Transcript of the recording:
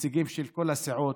נציגים של כל הסיעות,